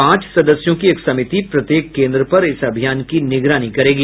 पांच सदस्यों की एक समिति प्रत्येक केंद्र पर इस अभियान की निगरानी करेगी